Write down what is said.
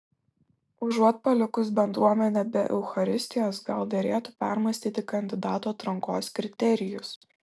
užuot palikus bendruomenę be eucharistijos gal derėtų permąstyti kandidatų atrankos kriterijus